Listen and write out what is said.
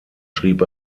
schrieb